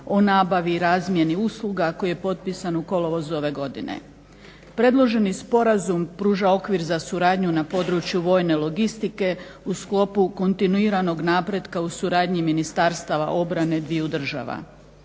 o nabavi i razmjeni usluga (USA-HRV-02) koji je potpisan u kolovozu ove godine. Predloženi sporazum pruža okvir za suradnju na području vojne logistike u sklopu kontinuiranog napretka u suradnji ministarstava obrane dviju država.